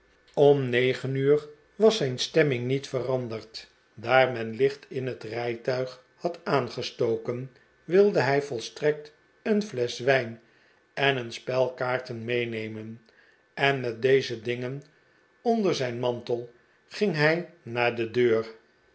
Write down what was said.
om negen uur was zijn stemming niet veranderd daar men licht in het rijtuig had aangestoken wilde hij volstrekt een flesch wijn en een spel kaarten meenemen en met deze dingen onder zijn mantel ging hij naar de deur